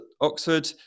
Oxford